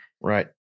Right